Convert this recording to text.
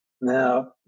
Now